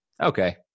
okay